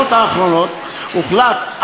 בבחירות האחרונות הוחלט,